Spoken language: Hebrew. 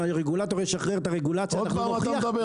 אם הרגולטור ישחרר את הרגולציה --- עוד פעם אתה מדבר?